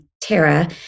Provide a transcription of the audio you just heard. Tara